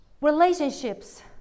Relationships